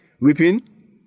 Weeping